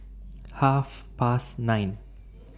Half Past nine